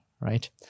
right